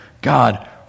God